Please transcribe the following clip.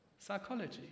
Psychology